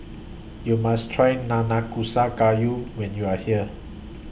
YOU must Try Nanakusa Gayu when YOU Are here